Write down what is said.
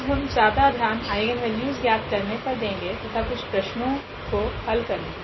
आज हम ज्यादा ध्यान आइगनवेल्यूस ज्ञात करने पर देगे तथा कुछ प्रश्नों को हल करेगे